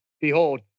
Behold